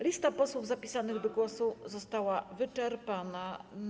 Lista posłów zapisanych do głosu została wyczerpana.